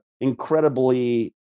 incredibly